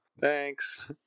Thanks